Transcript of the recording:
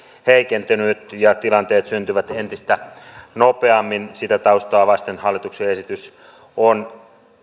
heikentynyt ja tilanteet syntyvät entistä nopeammin sitä taustaa vasten hallituksen esitys on